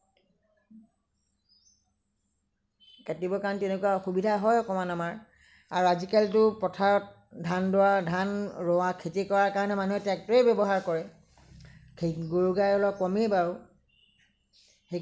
কাটিবৰ কাৰণে তেনেকুৱা অসুবিধা হয় অকণমান আমাৰ আৰু আজিকালিতো পথাৰত ধান দোৱা ধান ৰোৱা খেতি কৰাৰ কাৰণে মানুহে ট্ৰেক্টৰেই ব্যৱহাৰ কৰে গৰু গাই অলপ কমেই বাৰু